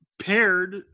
paired